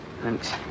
Thanks